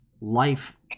life